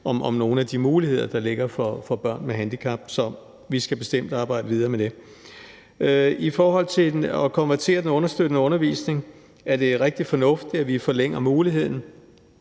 om nogle af de muligheder, der ligger for børn med handicap. Så vi skal bestemt arbejde videre med det. I forhold til at konvertere den understøttende undervisning er det rigtig fornuftigt, at vi forlænger muligheden.